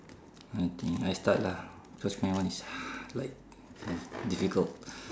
okay I start lah because my one is ha~ like difficult